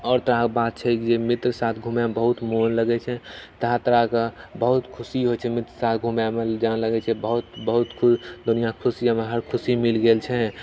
आओर तरहक बात छै जे मित्रके साथ घूमएमे बहुत मन लगैत छै तरह तरहके बहुत खुशी होइत छै मित्रके साथ घूमैमे जेना लगैत छै बहुत बहुत दुनिया खुशीमे हर खुशी मिल गेल छै